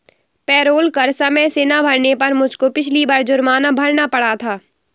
payroll कर समय से ना भरने पर मुझको पिछली बार जुर्माना भरना पड़ा था